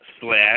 Slash